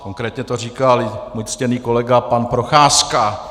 Konkrétně to říkal můj ctěný kolega pan Procházka.